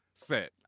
set